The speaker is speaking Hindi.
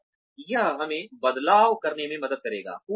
और यह हमें बदलाव करने में मदद करेगा